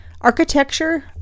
Architecture